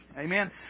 Amen